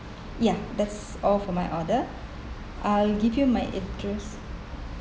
yeah that's all for my order I'll give you my address